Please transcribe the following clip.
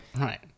right